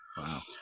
Wow